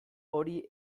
hori